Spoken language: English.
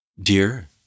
Dear